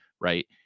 right